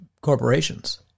corporations